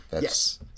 Yes